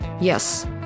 Yes